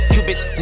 Cupids